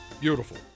Beautiful